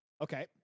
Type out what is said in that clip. Okay